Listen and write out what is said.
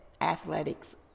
athletics